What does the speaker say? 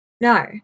no